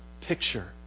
picture